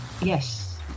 yes